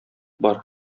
бар